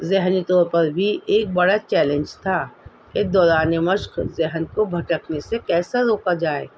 ذہنی طور پر بھی ایک بڑا چیلنج تھا کہ دوران مشق ذہن کو بھٹکنے سے کیسا روکا جائے